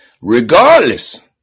regardless